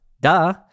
Duh